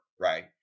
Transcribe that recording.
right